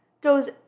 goes